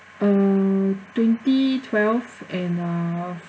uh twenty twelve and uh